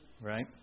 Right